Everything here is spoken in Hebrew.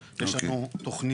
כשאני אומר שאנחנו לא ערוכים,